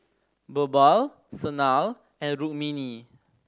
Birbal Sanal and Rukmini